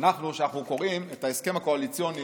אנחנו כשאנחנו קוראים את ההסכם הקואליציוני